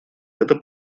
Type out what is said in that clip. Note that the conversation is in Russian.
это